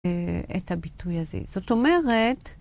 את הביטוי הזה. זאת אומרת...